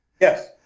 yes